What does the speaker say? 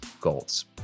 goals